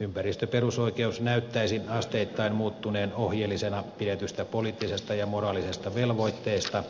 ympäristöperusoikeus näyttäisi asteittain muuttuneen ohjeellisena pidetystä poliittisesta ja moraalisesta velvoitteesta